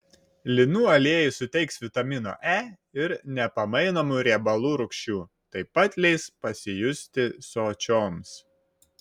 linų aliejus suteiks vitamino e ir nepamainomų riebalų rūgščių taip pat leis pasijusti sočioms